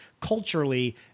Culturally